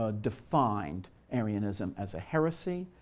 ah defined arianism as a heresy,